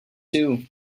too